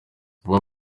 papa